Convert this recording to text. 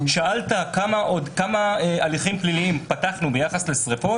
שאלת כמה הליכים פליליים פתחנו ביחס לשריפות?